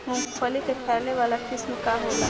मूँगफली के फैले वाला किस्म का होला?